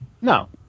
No